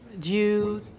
due